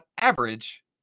average